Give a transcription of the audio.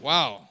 Wow